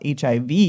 HIV